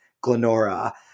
Glenora